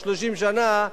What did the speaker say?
30 שנה,